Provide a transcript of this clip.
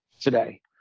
today